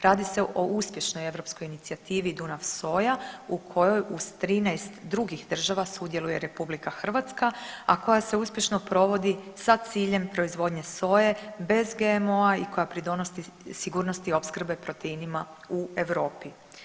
Radi se o uspješnoj europskoj inicijativi Dunav Soja u kojoj uz 13 drugih u kojoj uz 13 drugih država sudjeluje RH, a koja se uspješno provodi sa ciljem proizvodnje soje bez GMO-a i koja pridonosi sigurnosti opskrbe proteinima u Europi.